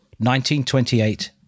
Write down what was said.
1928